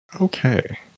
Okay